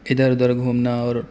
ادھر ادھر گھومنا اور